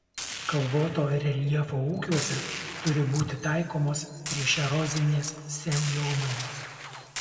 kalvoto reljefo ūkiuose turi būti taikomos priešerozinės sėjomainos